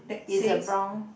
is a brown